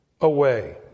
away